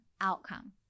outcome